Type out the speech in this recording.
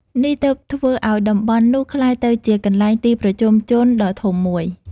នេះទើបធ្វើឪ្យតំបន់នោះក្លាយទៅជាកន្លែងទីប្រជុំជនដ៏ធំមួយ។